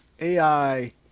AI